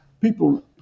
people